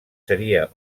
seria